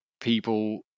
people